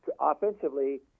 offensively